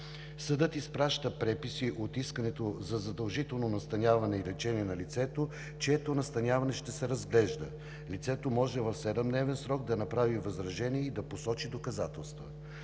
Съдът изпраща преписи от искането за задължително настаняване и лечение на лицето, чието настаняване ще се разглежда. Лицето може в 7-дневен срок да направи възражения и да посочи доказателства.